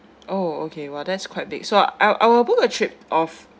oh okay !wah! that's quite big so I I will I will book a trip of